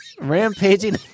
rampaging